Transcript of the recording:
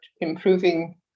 improving